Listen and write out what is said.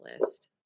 list